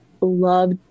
love